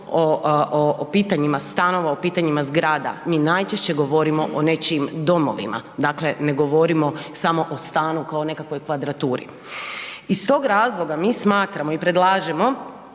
o pitanjima stanova, o pitanjima zgrada, mi najčešće govorimo o nečijim domovima. Dakle, ne govorimo samo o stanu kao nekakvoj kvadraturi. Iz tog razloga mi smatramo i predlažemo